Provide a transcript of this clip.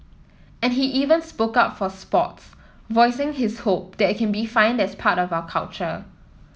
and he even spoke up for sports voicing his hope that it can be defined as part of our culture